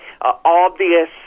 obvious